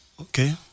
Okay